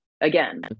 Again